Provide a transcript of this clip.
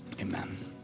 amen